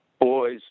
boys